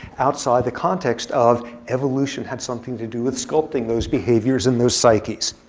outside the context of evolution had something to do with sculpting those behaviors and those psyches.